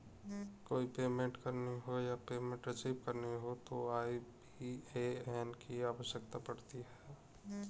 कोई पेमेंट करनी हो या पेमेंट रिसीव करनी हो तो आई.बी.ए.एन की आवश्यकता पड़ती है